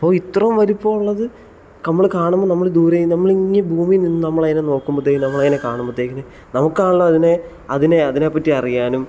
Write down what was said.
അപ്പോൾ ഇത്രയും വലുപ്പം ഉള്ളത് നമ്മൾ കാണുമ്പോൾ നമ്മൾ ദൂരെ നമ്മൾ ഇങ്ങു ഭൂമിയിൽ നിന്ന് നമ്മൾ അതിനെ നോക്കുമ്പോഴത്തേന് നമ്മൾ അതിനെ കാണുമ്പോഴത്തേന് നമുക്കാണെ അതിനെ അതിനെ അതിനെ പറ്റിയറിയാനും